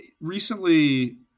Recently